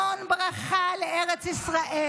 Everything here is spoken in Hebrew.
המון ברכה לארץ ישראל.